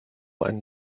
einen